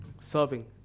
Serving